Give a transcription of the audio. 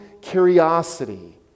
curiosity